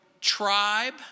tribe